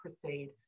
proceed